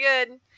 good